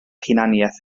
hunaniaeth